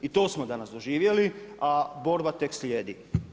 I to smo danas doživjeli, a borba tek slijedi.